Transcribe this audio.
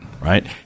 right